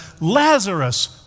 Lazarus